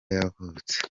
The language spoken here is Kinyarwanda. yavutse